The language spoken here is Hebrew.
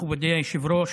מכובדי היושב-ראש,